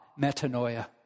metanoia